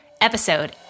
episode